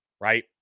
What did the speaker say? right